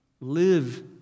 live